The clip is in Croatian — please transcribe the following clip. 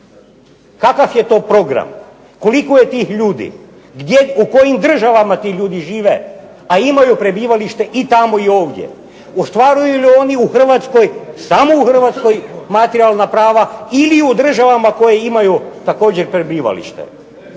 Kakav je to program, koliko je tih ljudi, gdje, u kojima državama ti ljudi žive a imaju prebivalište i tamo i ovdje? Ostvaruju li oni u Hrvatskoj, samo u Hrvatskoj materijalna prava ili u državama u kojima imaju također prebivalište?